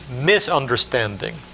misunderstanding